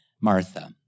Martha